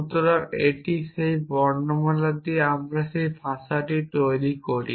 সুতরাং এটি সেই বর্ণমালা যা দিয়ে আমরা ভাষাটি তৈরি করি